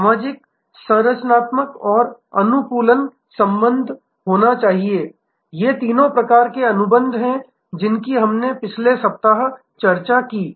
सामाजिक संरचनात्मक और अनुकूलन अनुबंध होना चाहिए ये तीन प्रकार के अनुबंध हैं जिनकी हमने पिछले सप्ताह चर्चा की थी